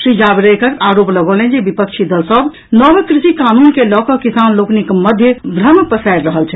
श्री जावड़ेकर आरोप लगौलनि जे विपक्षी दल सभ नव कृषि कानून के लऽ कऽ किसान लोकनिक मध्य भ्रम पसारि रहल अछि